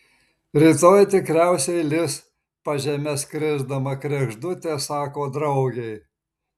rytoj tikriausiai lis pažeme skrisdama kregždutė sako draugei